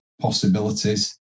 possibilities